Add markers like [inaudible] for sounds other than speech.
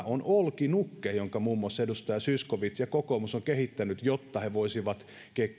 [unintelligible] on olkinukke jonka muun muassa edustaja zyskowicz ja kokoomus ovat kehittäneet jotta he voisivat